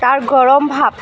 তাৰ গৰম ভাপ